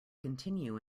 continue